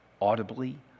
audibly